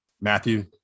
matthew